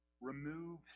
remove